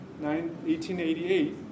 1888